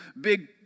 big